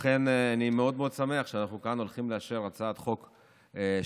לכן אני מאוד מאוד שמח שאנחנו כאן הולכים לאשר הצעת חוק שלך,